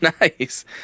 nice